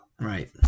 Right